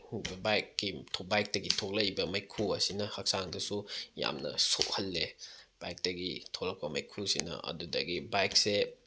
ꯕꯥꯏꯛꯇꯒꯤ ꯊꯣꯛꯂꯛꯏꯕ ꯃꯩꯈꯨ ꯑꯁꯤꯅ ꯍꯛꯆꯥꯡꯗꯁꯨ ꯌꯥꯝꯅ ꯁꯣꯛꯍꯜꯂꯦ ꯕꯥꯏꯛꯇꯒꯤ ꯊꯣꯂꯛꯄ ꯃꯩꯈꯨꯁꯤꯅ ꯑꯗꯨꯗꯒꯤ ꯕꯥꯏꯛꯁꯦ